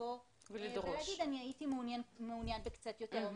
לבוא ולהגיד - הייתי מעוניין קצת יותר,